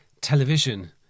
television